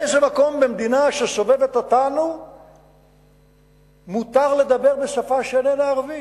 באיזה מקום במדינה מאלה שסובבות אותנו מותר לדבר בשפה שאיננה ערבית?